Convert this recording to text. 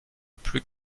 plus